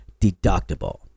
deductible